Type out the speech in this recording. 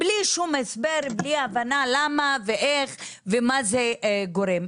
בלי שום הסבר, בלי הבנה למה ואיך, ומה זה גורם.